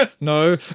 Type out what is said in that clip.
no